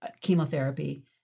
chemotherapy